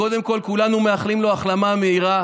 קודם כול, כולנו מאחלים לו החלמה מהירה,